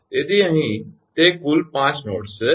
તેથી અહીં તે કુલ 5 નોડ્સ છે